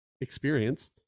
experience